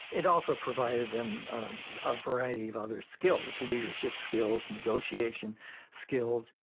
it also provided them a variety of other skills leadership skills, negotiation skills.